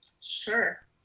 Sure